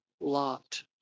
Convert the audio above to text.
lot